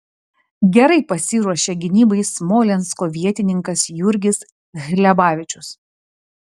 gerai pasiruošė gynybai smolensko vietininkas jurgis hlebavičius